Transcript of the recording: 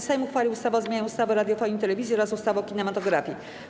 Sejm uchwalił ustawę o zmianie ustawy o radiofonii i telewizji oraz ustawy o kinematografii.